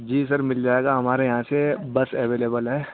جی sir مل جائے گا ہمارے یہاں سے بس اویلیبل ہے